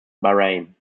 bahrain